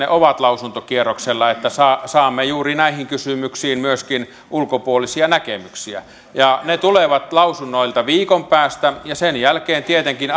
se on lausuntokierroksella että saamme juuri näihin kysymyksiin myöskin ulkopuolisia näkemyksiä se tulee lausunnoilta viikon päästä ja sen jälkeen tietenkin